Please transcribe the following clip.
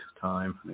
time